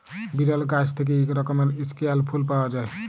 বিরল গাহাচ থ্যাইকে ইক রকমের ইস্কেয়াল ফুল পাউয়া যায়